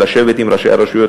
לשבת עם ראשי הרשויות,